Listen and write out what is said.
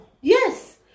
Yes